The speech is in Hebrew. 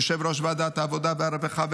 יושב-ראש ועדת העבודה והרווחה,